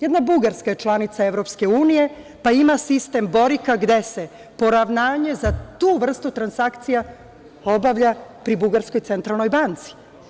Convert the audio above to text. Jedan Bugarska je članica EU, pa ima sistem borika gde se poravnjanje za tu vrstu transakcija obavlja pri Bugarskoj centralnoj banci.